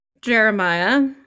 Jeremiah